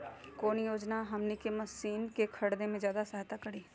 कौन योजना हमनी के मशीन के खरीद में ज्यादा सहायता करी?